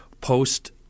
post